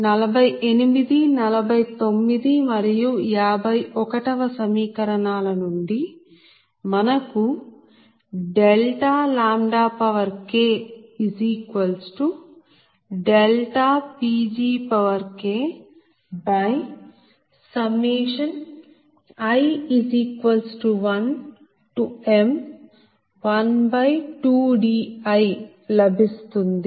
48 49 మరియు 51వ సమీకరణాల నుండి మనకు KPgKi1m12di లభిస్తుంది